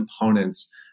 components